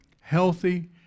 healthy